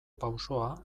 pausoa